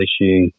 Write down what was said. issue –